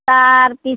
তাৰ পিছ